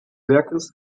werkes